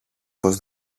πως